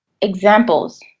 Examples